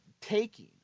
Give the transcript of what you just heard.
taking